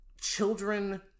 Children